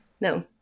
No